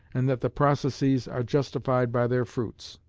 and that the processes are justified by their fruits.